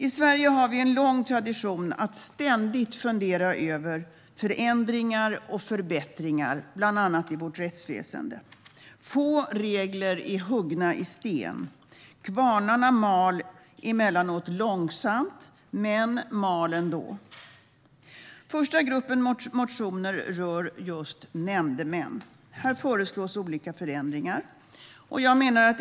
I Sverige har vi en lång tradition av att ständigt fundera över förändringar och förbättringar, bland annat i vårt rättsväsen. Få regler är huggna i sten. Kvarnarna mal emellanåt långsamt, men de mal ändå. Första gruppen motioner rör nämndemän. Här föreslås olika förändringar.